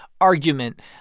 argument